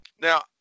Now